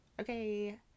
Okay